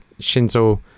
Shinzo